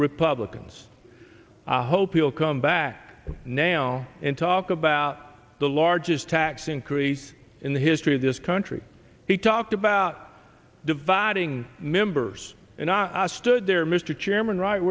republicans i hope you'll come back now and talk about the largest tax increase in the history of this country he talked about dividing members and i stood there mr chairman right